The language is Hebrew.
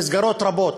רבות,